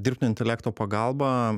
dirbtinio intelekto pagalba